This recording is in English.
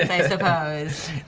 i suppose.